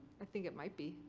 i think it might be.